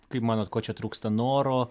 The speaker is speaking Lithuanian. kaip manot ko čia trūksta noro